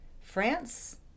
France